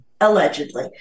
allegedly